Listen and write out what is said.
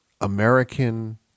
American